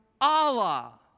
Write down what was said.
Allah